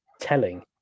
telling